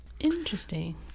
Interesting